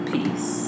Peace